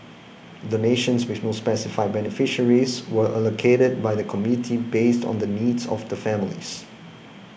donations with no specified beneficiaries were allocated by the committee based on the needs of the families